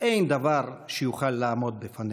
אין דבר שיוכל לעמוד בפנינו.